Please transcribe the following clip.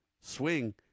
swing